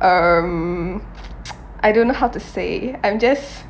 um I don't know how to say I'm just